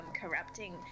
corrupting